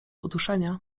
uduszenia